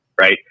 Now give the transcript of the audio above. right